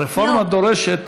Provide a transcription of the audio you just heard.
הרפורמה דורשת,